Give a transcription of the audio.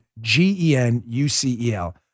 G-E-N-U-C-E-L